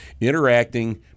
interacting